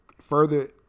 further